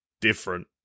different